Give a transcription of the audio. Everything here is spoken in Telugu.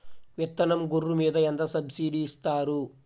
విత్తనం గొర్రు మీద ఎంత సబ్సిడీ ఇస్తారు?